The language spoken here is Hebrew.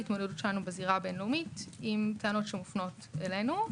ההתמודדות שלנו בזירה הבין-לאומית עם טענות שמופנות אלינו.